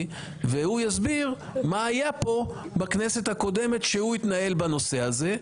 והוא יסביר מה היה כאן בכנסת הקודמת כשהוא התנהל בנושא הזה.